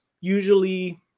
usually